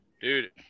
Dude